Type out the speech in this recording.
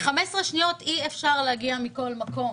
ב-15 שניות אי אפשר להגיע מכל מקום.